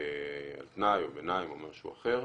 על תנאי או ביניים או משהו אחר,